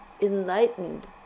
enlightened